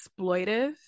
exploitive